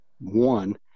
one